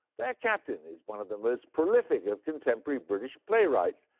their captain is one of the most prolific of contemporary british playwrights,